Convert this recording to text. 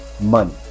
money